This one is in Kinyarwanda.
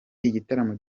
igitaramo